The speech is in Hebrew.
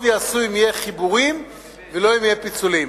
טוב יעשו אם יהיו חיבורים ולא יהיו פיצולים,